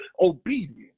obedience